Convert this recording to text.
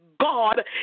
God